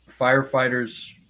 firefighters